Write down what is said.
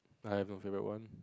I have no favourite one